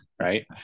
right